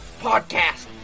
podcast